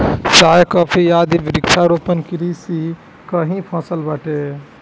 चाय, कॉफी आदि वृक्षारोपण कृषि कअ ही फसल बाटे